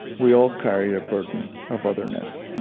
we all carry a burden of otherness,